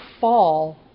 fall